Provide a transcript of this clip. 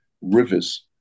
rivers